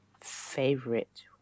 Favorite